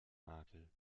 nagel